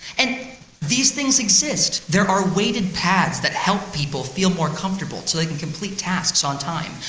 and these things exist. there are weighted pads that help people feel more comfortable so they can complete tasks on time.